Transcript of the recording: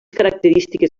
característiques